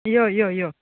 यो यो यो